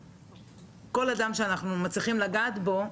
כל אדם שאנחנו מצליחים לגעת בו,